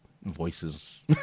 voices